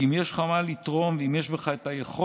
כי אם יש לך מה לתרום ואם יש לך את היכולת,